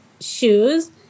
shoes